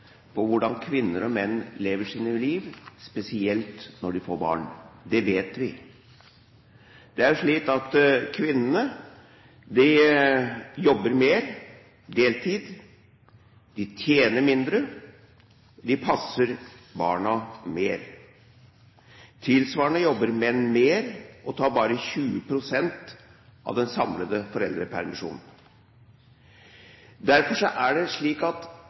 på hvordan kvinner og menn lever sine liv, spesielt når de får barn. Det vet vi. Kvinnene jobber mer deltid, de tjener mindre, de passer barna mer. Tilsvarende jobber menn mer, og tar bare 20 pst. av den samlede foreldrepermisjonen. Derfor vil jeg si det slik at